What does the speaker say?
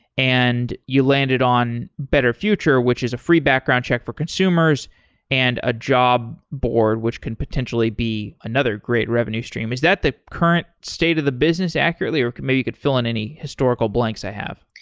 and you landed on better future, which is a free background check for consumers and a job board which can potentially be another great revenue stream. is that the current state of the business accurately or maybe you could fill in any historical blanks i have?